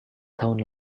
tahun